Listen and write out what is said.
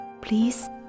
please